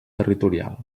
territorial